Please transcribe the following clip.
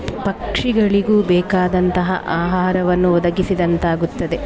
ಪಕ್ಷಿಗಳಿಗೂ ಬೇಕಾದಂತಹ ಆಹಾರವನ್ನು ಒದಗಿಸಿದಂತಾಗುತ್ತದೆ